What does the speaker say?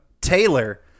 Taylor